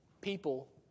people